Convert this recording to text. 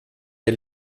der